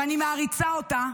ואני מעריצה אותה.